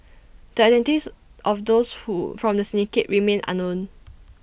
the identities of those who from the syndicate remain unknown